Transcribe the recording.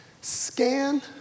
scan